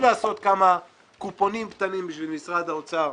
לעשות כמה קופונים קטנים בשביל משרד האוצר,